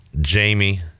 jamie